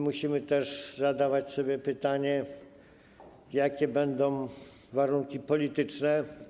Musimy też zadawać sobie pytanie, jakie będą warunki polityczne.